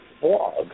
blog